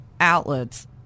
outlets